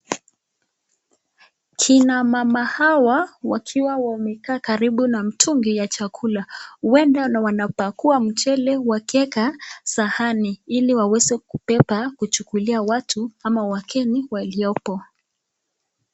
Kina mama hawa wakiwa wamekaa karibu na mtungi ya chakula huenda wanapakua mchele wakieka sahani ili waweze kubeba kuchukulia watu ama wageni waliopo.